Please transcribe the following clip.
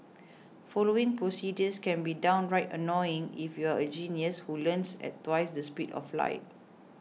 following procedures can be downright annoying if you're a genius who learns at twice the speed of light